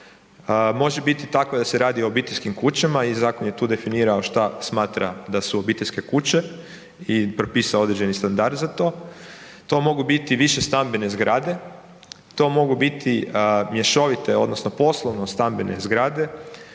može biti takva da se radi o obiteljskim kućama i zakon je tu definirao što smatra da su obiteljske kuće i propisao određeni standard za to. To mogu biti i višestambene zgrade, to mogu biti mješovito, odnosno poslovno-stambene zgrade